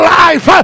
life